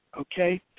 okay